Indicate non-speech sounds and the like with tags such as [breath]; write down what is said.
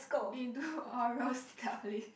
eh we [breath] do oral stuff leh